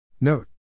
Note